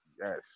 Yes